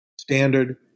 standard